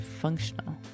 functional